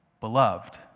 beloved